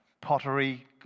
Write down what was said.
pottery